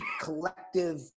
collective